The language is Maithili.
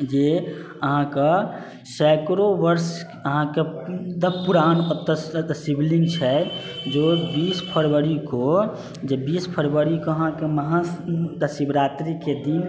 जे अहाँक सैकड़ो वर्ष अहाँके मतलब पुरान शिवलिङ्ग छै जे ओ बीस फरवरीके जे अहाँ के महाशिवरात्रिके दिन